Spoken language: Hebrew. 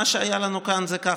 מה שהיה לנו כאן זה כך: